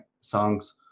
songs